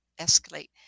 escalate